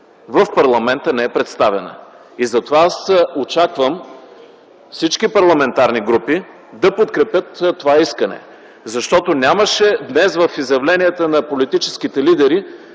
в парламента не е представена. И затова аз очаквам всички парламентарни групи да подкрепят това искане. Защото днес в изявленията на политическите лидери